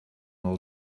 all